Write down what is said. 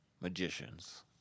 magicians